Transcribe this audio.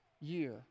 year